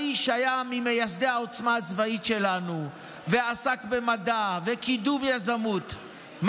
האיש שהיה ממייסדי העוצמה הצבאית שלנו ועסק במדע וקידום יזמות,